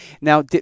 Now